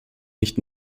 nicht